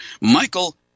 Michael